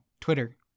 Twitter